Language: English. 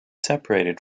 separated